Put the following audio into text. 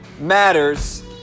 matters